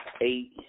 eight